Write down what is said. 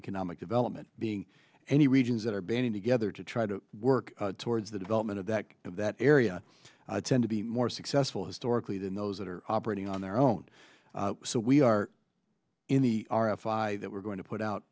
economic development being and he regions that are banding together to try to work towards the development of that of that area tend to be more successful historically than those that are operating on their own so we are in the r f i that we're going to put out